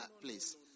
please